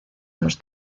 los